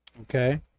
Okay